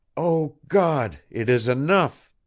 o god, it is enough!